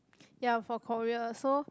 ya from Korea so